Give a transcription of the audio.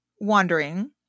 wandering